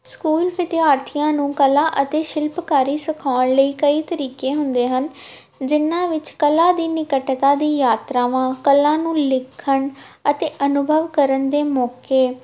school ਵਿਦਿਆਰਥੀਆਂ ਨੂੰ ਕਲਾ ਅਤੇ ਸ਼ਿਲਪਕਾਰੀ ਸਿਖਾਉਣ ਲਈ ਕਈ ਤਰੀਕੇ ਹੁੰਦੇ ਹਨ ਜਿੰਨ੍ਹਾਂ ਵਿੱਚ ਕਲਾ ਦੀ ਨਿਕਟਤਾ ਦੀ ਯਾਤਰਾਵਾਂ ਕਲਾ ਨੂੰ ਲਿਖਣ ਅਤੇ ਅਨੁਭਵ ਕਰਨ ਦੇ ਮੌਕੇ